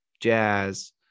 jazz